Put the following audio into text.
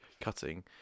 cutting